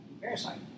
parasite